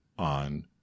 on